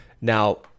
Now